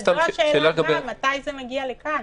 זו השאלה, מתי זה מגיע לכאן.